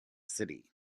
city